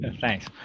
Thanks